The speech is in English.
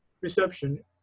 reception